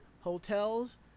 hotels